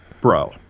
bro